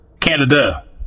Canada